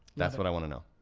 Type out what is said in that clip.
that's what i wanna know.